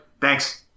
thanks